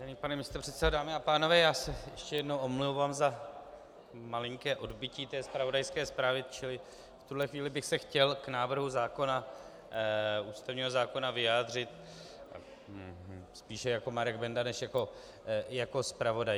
Vážený pane místopředsedo, dámy a pánové, já se ještě jednou omlouvám za malinké odbytí zpravodajské zprávy, čili v tuhle chvíli bych se chtěl k návrhu ústavního zákona vyjádřit spíše jako Marek Benda než jako zpravodaj.